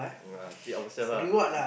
ya treat our self lah